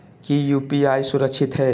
की यू.पी.आई सुरक्षित है?